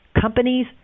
companies